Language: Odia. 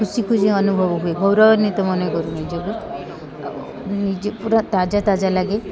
ଖୁସି ଖୁସି ଅନୁଭବ ହୁଏ ଗୌରବାନ୍ୱିତ ମନେ କରୁ ନିଜକୁ ଆଉ ନିଜେ ପୁରା ତାଜା ତାଜା ଲାଗେ